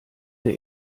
der